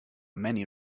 many